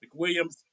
McWilliams